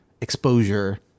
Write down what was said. exposure